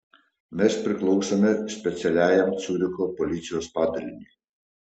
mes priklausome specialiajam ciuricho policijos padaliniui